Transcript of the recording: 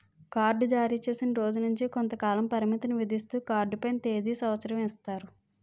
card జారీచేసిన రోజు నుంచి కొంతకాల పరిమితిని విధిస్తూ కార్డు పైన తేది సంవత్సరం ఇస్తారు